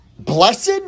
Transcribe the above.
blessed